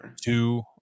two